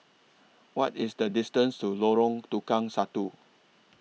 What IS The distance to Lorong Tukang Satu